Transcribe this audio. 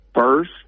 first